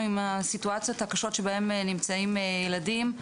עם הסיטואציות הקשות שבהם נמצאים ילדים,